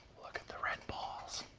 look at the red balls.